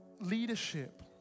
leadership